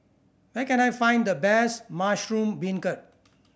where can I find the best mushroom beancurd